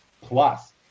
Plus